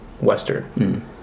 Western